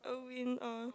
a win or